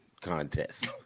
contest